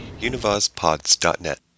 UnivazPods.net